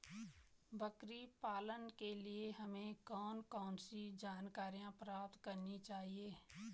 बकरी पालन के लिए हमें कौन कौन सी जानकारियां प्राप्त करनी चाहिए?